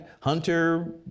Hunter